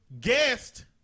guest